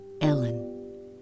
Ellen